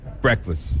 breakfast